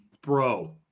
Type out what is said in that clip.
Bro